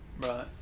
Right